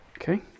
Okay